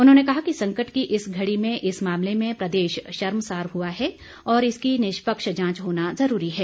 उन्होंने कहा कि संकट की इस घड़ी में इस मामले से प्रदेश शर्मसार हुआ है और इसकी निष्पक्ष जांच होना जरूरी है